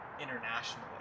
internationally